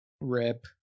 Rip